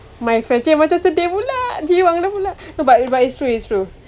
my friends !chey! macam sedih pulak jiwang kenapa pulak sebab sebab it's true it's true